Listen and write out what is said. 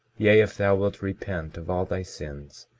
yea, if thou wilt repent of all thy sins,